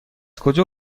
کجا